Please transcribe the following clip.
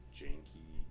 janky